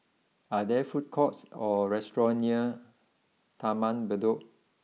are there food courts or restaurants near Taman Bedok